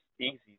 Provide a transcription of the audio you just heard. easy